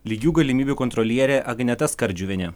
lygių galimybių kontrolierė agneta skardžiuvienė